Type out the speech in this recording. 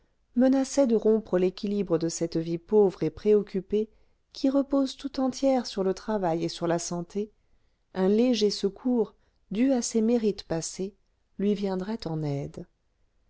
menaçait de rompre l'équilibre de cette vie pauvre et préoccupée qui repose tout entière sur le travail et sur la santé un léger secours dû à ses mérites passés lui viendrait en aide